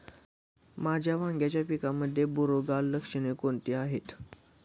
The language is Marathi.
माझ्या वांग्याच्या पिकामध्ये बुरोगाल लक्षणे कोणती आहेत?